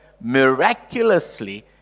miraculously